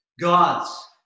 God's